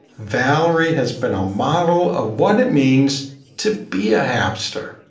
valerie has been a model of what it means to be a hapster.